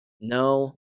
No